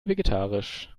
vegetarisch